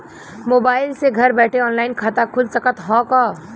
Mobile से घर बैठे ऑनलाइन खाता खुल सकत हव का?